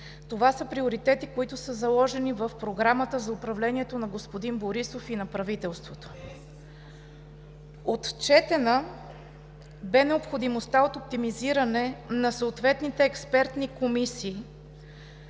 Това са приоритети, които са заложени в Програмата за управлението на господин Борисов и на правителството. Отчетена бе необходимостта от оптимизиране на съответните експертни комисии,